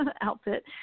outfit